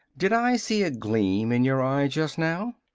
did i see a gleam in your eye just now?